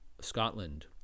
Scotland